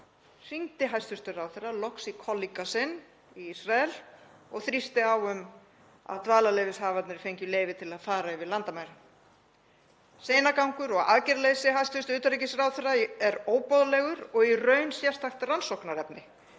hringdi hæstv. ráðherra loks í kollega sinn í Ísrael og þrýsti á að dvalarleyfishafarnir fengju leyfi til að fara yfir landamærin. Seinagangur og aðgerðaleysi hæstv. utanríkisráðherra er óboðlegt og í raun sérstakt rannsóknarefni.